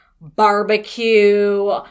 barbecue